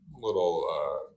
little